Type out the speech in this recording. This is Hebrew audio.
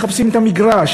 מחפשים את המגרש,